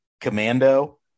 Commando